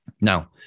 Now